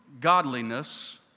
godliness